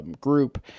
group